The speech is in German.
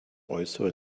äußere